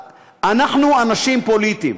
אנחנו אנשים פוליטיים.